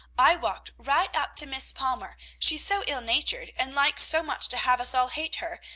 i walked right up to miss palmer, she's so ill-natured, and likes so much to have us all hate her,